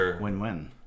win-win